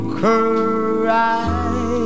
cry